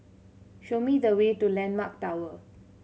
show me the way to Landmark Tower